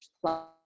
plus